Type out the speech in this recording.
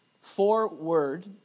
four-word